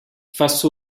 face